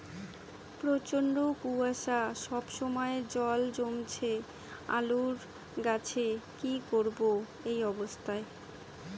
প্রচন্ড কুয়াশা সবসময় জল জমছে আলুর গাছে কি করব এই অবস্থায়?